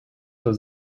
was